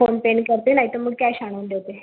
फोनपेने करते नाही तर मग कॅश आणून देते